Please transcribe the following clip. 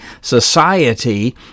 Society